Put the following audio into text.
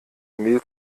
mehl